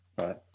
Right